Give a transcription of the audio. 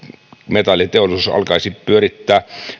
metalliteollisuus alkaisi pyörittää